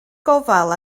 gofal